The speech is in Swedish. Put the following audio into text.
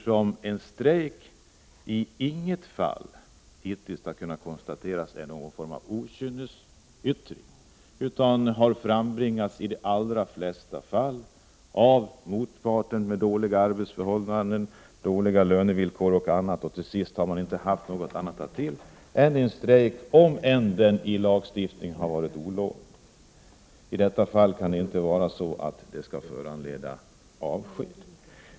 Man har inte i något fall hittills kunnat konstatera att en strejk skulle ha varit ett okynnesyttrande, utan den har i de allra flesta fall framtvingats av motparten. Det kan gälla dåliga arbetsförhållanden, dåliga lönevillkor och annat. Till sist har man inte haft något annat val än att ta till en strejk, även om den enligt lagstiftningen är olovlig. I sådana fall kan det inte få föranleda avskedande.